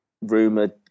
Rumoured